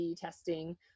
testing